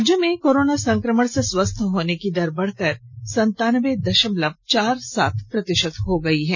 राज्य में कोरोना संक्रमण से स्वस्थ होने की दर बढ़कर सनतानबे दशमलव चार सात प्रतिशत हो गई है